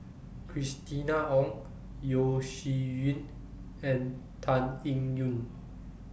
Christina Ong Yeo Shih Yun and Tan Eng Yoon